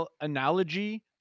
analogy